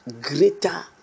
greater